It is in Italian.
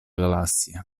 galassia